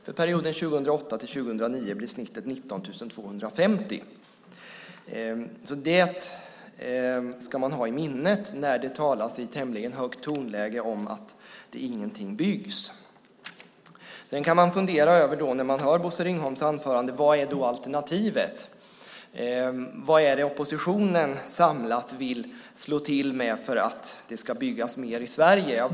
För perioden 2008-2009 blir snittet 19 250. Det ska man ha i minnet när det talas i tämligen högt tonläge om att ingenting byggs. När man hör Bosse Ringholms anförande kan man fundera över vad som är alternativet. Vad är det oppositionen samlat vill slå till med för att det ska byggas mer i Sverige?